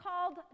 called